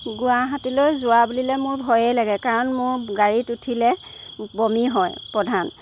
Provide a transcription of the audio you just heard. গুৱাহাটীলৈ যোৱা বুলিলে মোৰ ভয়ে লাগে কাৰণ মোৰ গাড়ীত উঠিলে বমি হয় প্ৰধান